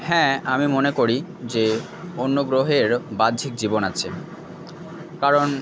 হ্যাঁ আমি মনে করি যে অন্য গ্রহেরও বাহ্যিক জীবন আছে কারণ